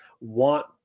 want